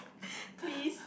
please